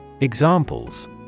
Examples